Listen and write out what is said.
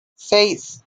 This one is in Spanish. seis